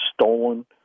stolen